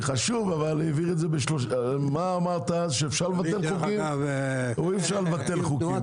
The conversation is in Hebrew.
חשוב אבל מה אמרת אז שאפשר לבטל חוקים או אי אפשר לבטל חוקים?